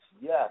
Yes